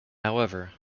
however